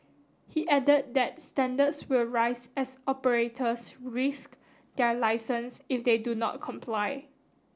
he added that standards will rise as operators risk their licence if they do not comply